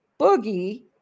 Boogie